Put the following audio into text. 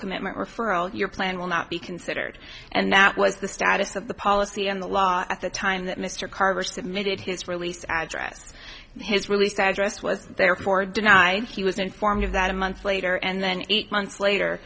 commitment referral your plan will not be considered and that was the status of the policy and the law at the time that mr carver submitted his release address and his release address was therefore denied he was informed of that a month later and then eight months later